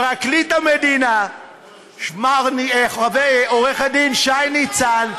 פרקליט המדינה עורך הדין שי ניצן,